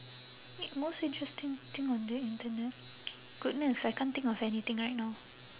n~ most interesting thing on the internet goodness I can't think of anything right now